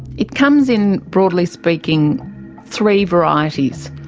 it comes in broadly speaking three varieties.